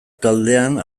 taldean